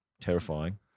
terrifying